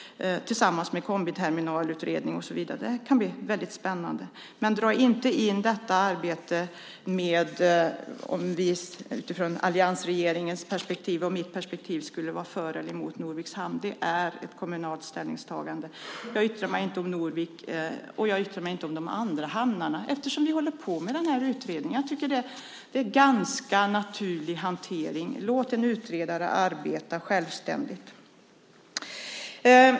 Tillsammans med kombiterminalutredning och så vidare kan detta bli väldigt spännande. Men vi ska inte dra in detta arbete i en diskussion om vi från alliansregeringens och mitt perspektiv skulle vara för eller emot Norviks hamn. Det är ett kommunalt ställningstagande. Jag yttrar mig inte om Norvik och inte heller om de andra hamnarna, eftersom vi håller på med den här utredningen. Det är en ganska naturlig hantering att låta en utredare arbeta självständigt.